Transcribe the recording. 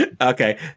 okay